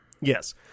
Yes